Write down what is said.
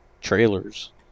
trailers